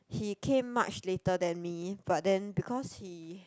he came much later than me but then because he